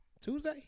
Tuesday